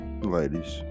ladies